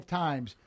times